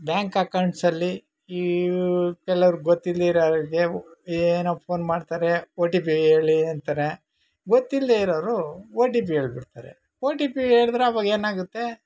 bank ಅಕೌಂಟ್ಸಲ್ಲಿ ಈ ಕೆಲವ್ರು ಗೊತ್ತಿಲ್ದಿರೋರಿಗೆ ಏನೋ ಫೋನ್ ಮಾಡ್ತಾರೆ ಒ ಟಿ ಪಿ ಹೇಳಿ ಅಂತಾರೆ ಗೊತ್ತಿಲ್ಲದೇ ಇರೋರು ಒ ಟಿ ಪಿ ಹೇಳ್ಬಿಡ್ತಾರೆ ಒ ಟಿ ಪಿ ಹೇಳ್ದ್ರೆ ಅವಾಗೇನಾಗುತ್ತೆ